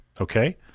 Okay